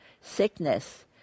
Sickness